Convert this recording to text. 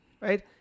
right